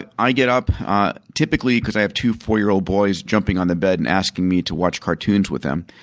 and i get up typically because i have two four-year-old boys jumping on the bed and asking me to watch cartoons with them.